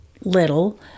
little